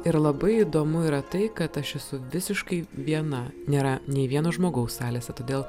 ir labai įdomu yra tai kad aš esu visiškai viena nėra nei vieno žmogaus salėse todėl